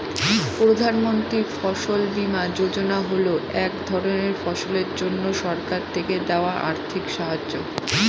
প্রধান মন্ত্রী ফসল বীমা যোজনা হল এক ধরনের ফসলের জন্যে সরকার থেকে দেওয়া আর্থিক সাহায্য